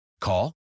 Call